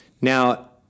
Now